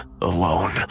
alone